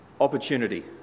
opportunity